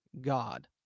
God